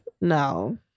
No